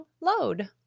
load